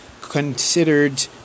considered